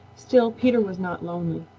still peter was not lonely.